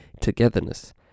togetherness